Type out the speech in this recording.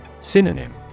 Synonym